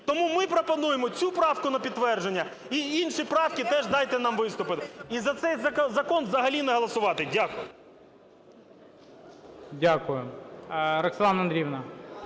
Тому ми пропонуємо цю правку на підтвердження і інші правки теж дайте нам виступити. І за цей закон взагалі не голосувати. Дякую. ГОЛОВУЮЧИЙ. Дякую. Роксолана Андріївна.